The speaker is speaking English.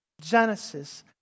Genesis